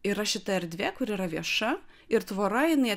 yra šita erdvė kur yra vieša ir tvora jinai